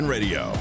Radio